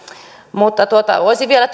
mutta olisin vielä